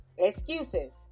excuses